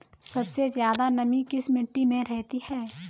सबसे ज्यादा नमी किस मिट्टी में रहती है?